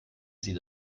sie